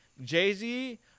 Jay-Z